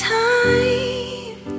time